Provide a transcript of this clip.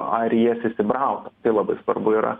ar į jas įsibrauta tai labai svarbu yra